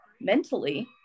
mentally